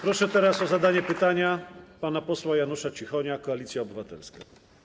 Proszę teraz o zadanie pytania pana posła Janusza Cichonia, Koalicja Obywatelska.